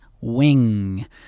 Wing